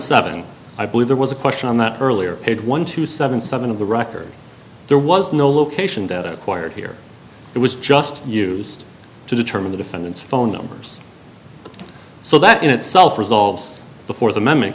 seven i believe there was a question on that earlier paid one two seven seven of the record there was no location data acquired here it was just used to determine the defendant's phone numbers so that in itself resolves the fourth amendment